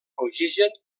oxigen